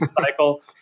cycle